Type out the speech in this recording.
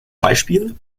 beispiel